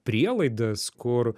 prielaidas kur